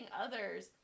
others